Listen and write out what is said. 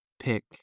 Pick